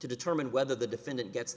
to determine whether the defendant gets